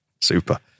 Super